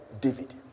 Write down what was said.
david